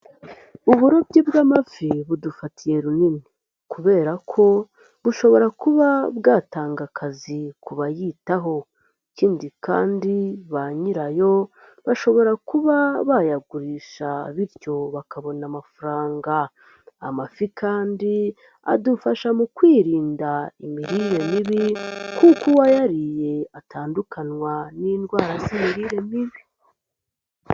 Uburobyi bw'amafi budufatiye runini kubera ko bushobora kuba bwatanga akazi ku bayitaho ikindi kandi ba nyirayo bashobora kuba bayagurisha bityo bakabona amafaranga amafi kandi adufasha mu kwirinda imirire mibi kuko uwayariye atandukana n'indwara z'imirire mibi.